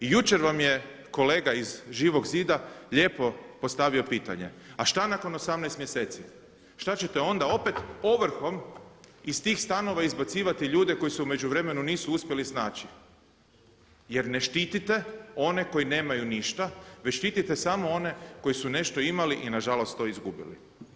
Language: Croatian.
Jučer vam je kolega iz Živog zida lijepo postavio pitanje, a šta nakon 18 mjeseci, šta ćete onda opet ovrhom iz tih stanova izbacivati ljude koji se u međuvremenu nisu uspjeli snaći jer ne štite one koji nemaju ništa, već štitite samo one koji su nešto imali i nažalost to izgubili.